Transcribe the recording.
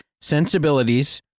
sensibilities